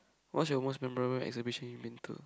what's your most memorable exhibition you been to